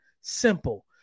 Simple